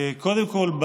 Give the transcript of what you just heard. קודם כול,